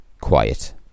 quiet